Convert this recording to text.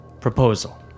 proposal